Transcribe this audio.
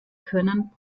können